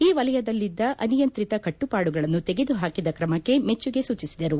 ಈ ವಲಯದಲ್ಲಿದ್ದ ಅನಿಯಂತ್ರಿತ ಕಟ್ಟುಪಾಡುಗಳನ್ನು ತೆಗೆದುಹಾಕಿದ ಕ್ರಮಕ್ಕೆ ಮೆಚ್ಚುಗೆ ಸೂಚಿಸಿದರು